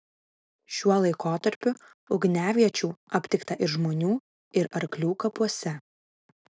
šiuo laikotarpiu ugniaviečių aptikta ir žmonių ir arklių kapuose